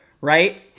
right